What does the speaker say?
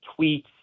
tweets